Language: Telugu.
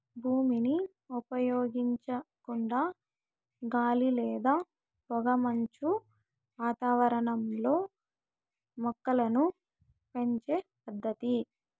భూమిని ఉపయోగించకుండా గాలి లేదా పొగమంచు వాతావరణంలో మొక్కలను పెంచే పద్దతి